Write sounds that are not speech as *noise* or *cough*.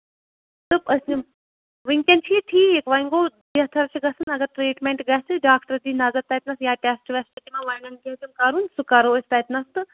*unintelligible* وٕنۍکٮ۪ن چھ یہِ ٹھیٖک وۄنۍ گوٚو بہتَر چھُ گَژھان اَگر ٹِرٛیٖٹمٮ۪نٹ گَژھِ ڈاکٹر دی نَظر تَتہِ نَس یا ٹٮ۪سٹ وٮ۪سٹہٕ تہِ ما لَگَن کینٛہہ تِم کَرُن سُہ کَرو أسۍ تَتہِ نَس تہٕ